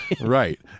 Right